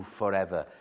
forever